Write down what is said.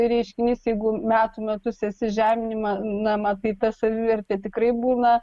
reiškinys jeigu metų metus esi žeminama na tai ta savivertė tikrai būna